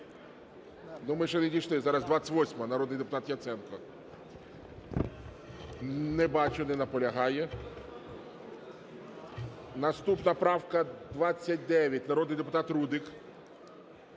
Наступна правка 29, народний депутат Рудик.